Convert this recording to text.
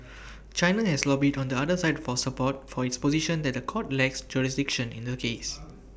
China has lobbied on the other side for support for its position that The Court lacks jurisdiction in the case